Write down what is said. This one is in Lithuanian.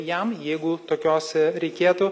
jam jeigu tokios reikėtų